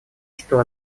что